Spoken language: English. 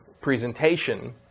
presentation